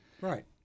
Right